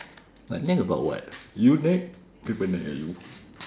but nag about what you nag people nag at you